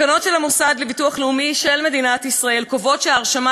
התקנות של המוסד לביטוח לאומי של מדינת ישראל קובעות שההרשמה